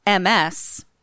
ms